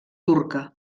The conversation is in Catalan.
turca